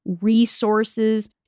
resources